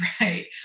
right